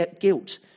guilt